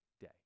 day